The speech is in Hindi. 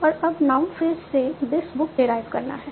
और अब नाउन फ्रेज से दिस बुक डेराइव करना है